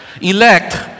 Elect